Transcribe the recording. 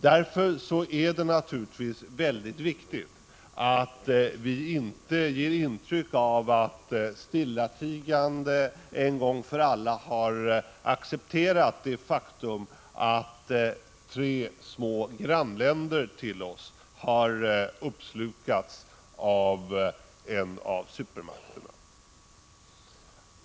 Därför är det naturligtvis mycket viktigt att vi inte ger intryck av att vi stillatigande en gång för alla har accepterat det faktum att tre små grannländer till Sverige har uppslukats av en av supermakterna.